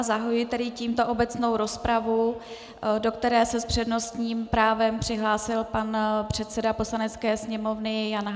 Zahajuji tedy tímto obecnou rozpravu, do které se s přednostním právem přihlásil pan předseda Poslanecké sněmovny Jan Hamáček.